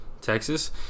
Texas